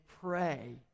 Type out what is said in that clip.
pray